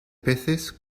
peces